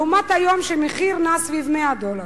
לעומת היום, שהמחיר נע סביב 100 דולר.